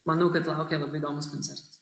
manau kad laukia labai įdomus koncertas